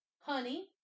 Honey